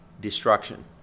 destruction